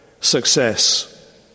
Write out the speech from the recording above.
success